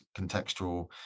contextual